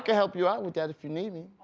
help you out with that if you need me.